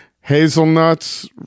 hazelnuts